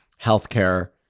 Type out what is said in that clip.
healthcare